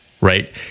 right